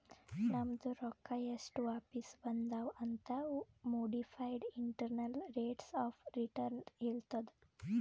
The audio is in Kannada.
ನಮ್ದು ರೊಕ್ಕಾ ಎಸ್ಟ್ ವಾಪಿಸ್ ಬಂದಾವ್ ಅಂತ್ modified internal rates of return ಹೇಳತ್ತುದ್